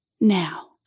Now